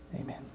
Amen